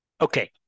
Okay